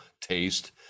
taste